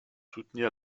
soutenir